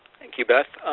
thank you beth.